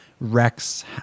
Rex